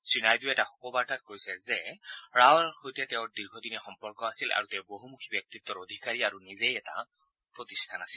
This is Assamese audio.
শ্ৰী নাইডুৱে এটা শোকবাৰ্তাত কৈছে যে ৰাৱৰ সৈতে তেওঁৰ দীৰ্ঘদিনীয়া সম্পৰ্ক আছিল আৰু তেওঁ বহুমুখী ব্যক্তিত্বৰ অধিকাৰী আৰু নিজেই এটা প্ৰতিষ্ঠান আছিল